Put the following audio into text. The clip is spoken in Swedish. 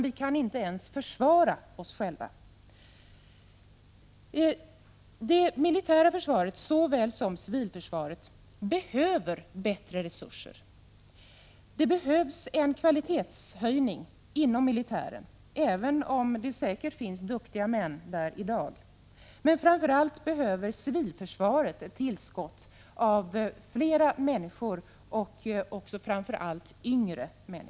Vi kan inte ens försvara oss själva. Det militära försvaret såväl som civilförsvaret behöver bättre resurser. Det behövs en kvalitetshöjning inom militären, även om det säkert finns duktiga män där i dag. Framför allt behöver civilförsvaret tillskott av fler människor, framför allt yngre.